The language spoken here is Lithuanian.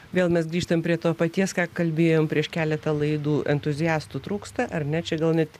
vėl mes grįžtam prie to paties ką kalbėjom prieš keletą laidų entuziastų trūksta ar ne čia gal net